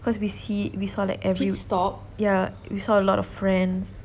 cause we see we saw like every ya we saw a lot of friends